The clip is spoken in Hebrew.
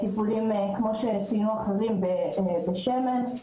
טיפולים, כמו שציינו אחרים, בשמן.